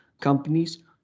companies